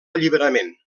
alliberament